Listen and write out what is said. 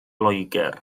loegr